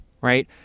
right